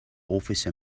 office